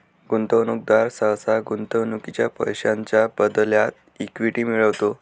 गुंतवणूकदार सहसा गुंतवणुकीच्या पैशांच्या बदल्यात इक्विटी मिळवतो